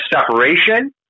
separation